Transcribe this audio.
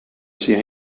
sia